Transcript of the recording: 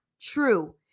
true